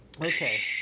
okay